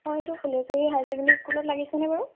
অঁ এইটো ফুলেশ্বৰী হাইছেণ্ডেৰী স্কুলত লাগিছেনে বাৰু